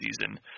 season